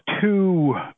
two